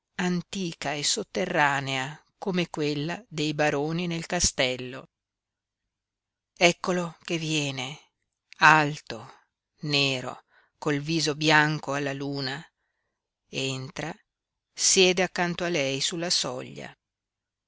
antica e sotterranea come quella dei baroni nel castello eccolo che viene alto nero col viso bianco alla luna entra siede accanto a lei sulla soglia